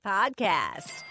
Podcast